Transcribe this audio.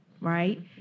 right